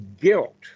guilt